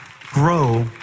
grow